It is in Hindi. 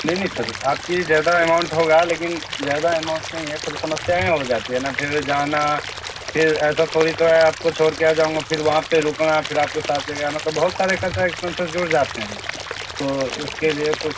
नहीं नहीं सर आप के लिए ज़्यादा एमाउंट होगा लेकिन ज़्यादा एमाउंट नहीं है फिर समस्याएं हो जाती हैं ना फिर जाना फिर ऐसा थोड़ी तो है आपको छोड़ के आ जाऊँगा फिर वहाँ पर रुकना फिर आपको साथ ले के आना तो बहुत सारे कर कार्यक्रम से जुड़ जाते हैं तो इसके लिए तो